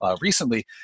recently